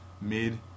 mid